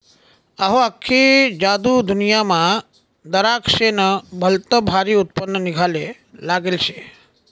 अहो, आख्खी जगदुन्यामा दराक्शेस्नं भलतं भारी उत्पन्न निंघाले लागेल शे